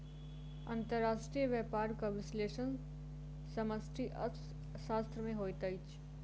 अंतर्राष्ट्रीय व्यापारक विश्लेषण समष्टि अर्थशास्त्र में होइत अछि